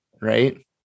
right